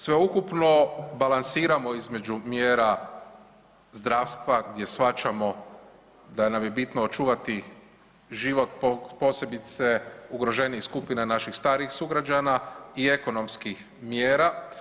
Sveukupno balansiramo između mjera zdravstva gdje shvaćamo da nam je bitno očuvati život, posebice ugroženijih skupina naših starijih sugrađana i ekonomskih mjera.